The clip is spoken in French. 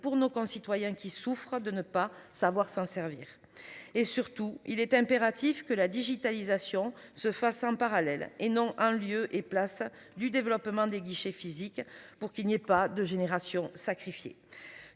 pour nos concitoyens qui souffrent de ne pas savoir s'en servir et surtout il est impératif que la digitalisation se fasse en parallèle et non un lieu et place du développement des guichets physiques pour qu'il n'y ait pas de génération sacrifiée